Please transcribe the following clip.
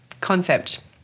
concept